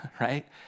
right